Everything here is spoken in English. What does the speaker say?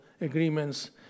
agreements